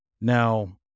Now